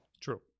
True